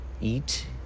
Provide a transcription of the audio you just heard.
eat